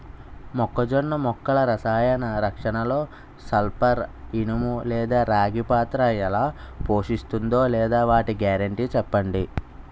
మొక్కజొన్న మొక్కల రసాయన రక్షణలో సల్పర్, ఇనుము లేదా రాగి పాత్ర ఎలా పోషిస్తుందో లేదా వాటి గ్యారంటీ చెప్పండి